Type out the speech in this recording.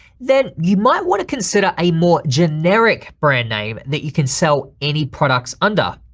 then you might wanna consider a more generic brand name that you can sell any products under.